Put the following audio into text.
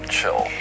Chill